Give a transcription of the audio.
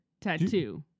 tattoo